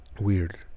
weird